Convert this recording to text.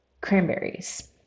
cranberries